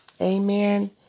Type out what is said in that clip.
Amen